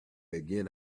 again